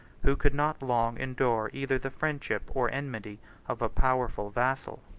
who could not long endure either the friendship or enmity of a powerful vassal.